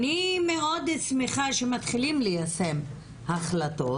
אני מאוד שמחה שמתחילים ליישם החלטות.